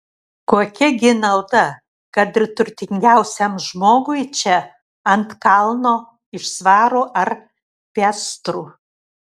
kokia gi nauda kad ir turtingiausiam žmogui čia ant kalno iš svarų ar piastrų